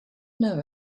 know